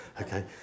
Okay